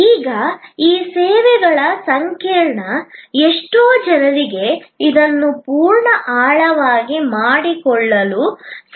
ಈಗ ಈ ಸೇವೆಗಳ ಸಂಕೀರ್ಣ ಎಷ್ಟೋ ಜನರಿಗೆ ಇದನ್ನು ಪೂರ್ಣ ಆಳವಾಗಿ ಅರ್ಥಮಾಡಿಕೊಳ್ಳಲು ಸಾಧ್ಯವಾಗದಿರಬಹುದು